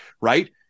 right